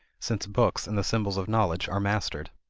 since books and the symbols of knowledge are mastered.